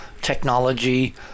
technology